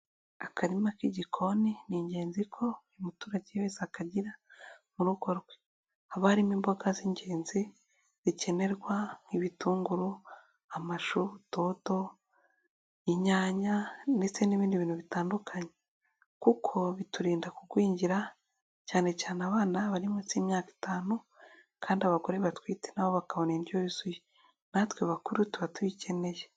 Akarima k'igikoni ni ingenzi ko buri muturage wese akagira mu rugo rwe. Haba harimo imboga z'ingenzi zikenerwa: nk'ibitunguru. amashu, dodo, inyanya ndetse n'ibindi bintu bitandukanye kuko biturinda kugwingira cyane cyane abana bari munsi y'imyaka itanu kandi abagore batwite nabo bakabona indyo yuzuye natwe bakuru tuba tuyikeneye.